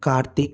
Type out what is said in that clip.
Karthik